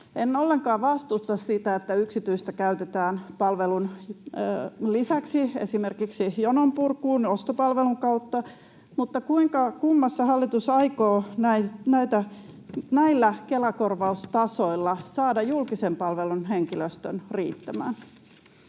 En ollenkaan vastusta sitä, että yksityistä käytetään palvelun lisäksi esimerkiksi jononpurkuun ostopalvelun kautta, mutta kuinka kummassa hallitus aikoo näillä Kela-korvaustasoilla saada julkisen palvelun henkilöstön riittämään?